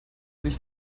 sich